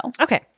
Okay